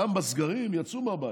גם בסגרים יצאו מהבית,